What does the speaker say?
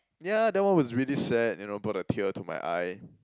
ya that one was really sad you know brought a tear to my eye